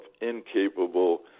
incapable